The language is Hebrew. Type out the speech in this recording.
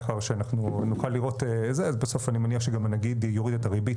מאחר שאנחנו נוכל לראות זה אז אני מניח שגם הנגיד יוריד את הריבית